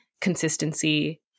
consistency